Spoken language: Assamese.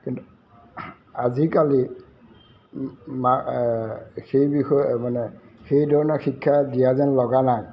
কিন্তু আজিকালি সেই বিষয়ে মানে সেই ধৰণৰ শিক্ষা দিয়া যেন লগা নাই